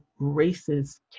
racist